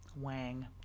Wang